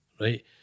right